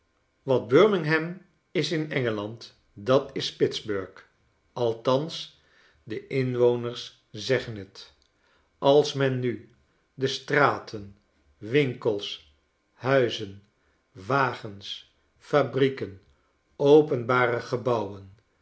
wat birmingham is in engeland dat is pittsburg althans de inwoners zeggen het als men nu de straten winkels huizen wagens fabrieken openbare gebouwen